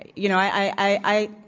you know, i